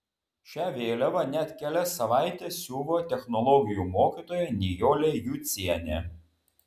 šią vėliavą net kelias savaites siuvo technologijų mokytoja nijolė jucienė